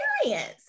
experience